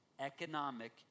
economic